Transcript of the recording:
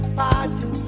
party